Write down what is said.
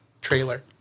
trailer